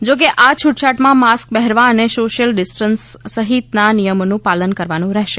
જો કે આ છૂટછાટમાં માસ્ક પહેરવા અને સોશિયલ ડિસ્ટન્સ સહિતના નિયમોનું પાલન કરવાનું રહેશે